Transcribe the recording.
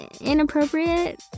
inappropriate